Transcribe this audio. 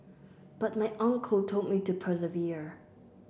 but my uncle told me to persevere